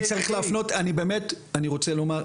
אני רוצה לומר,